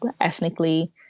ethnically